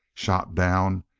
shot down,